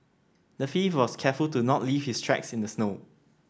the thief was careful to not leave his tracks in the snow